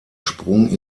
sprung